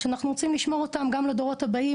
אנחנו רוצים לשמור אותם גם לדורות הבאים,